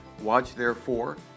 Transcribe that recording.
watchtherefore